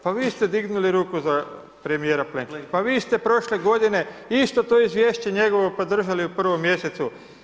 Pa vi ste dignuli ruku za premjera Plenkovića, pa vi ste prošle godine, isto to izvješće njegov, podržali u prvom mjesecu.